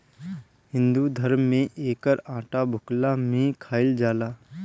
हिंदू धरम में एकर आटा भुखला में खाइल जाला